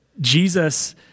Jesus